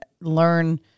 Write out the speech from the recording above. learn